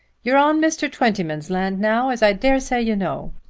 you're on mr. twentyman's land now, as i dare say you know.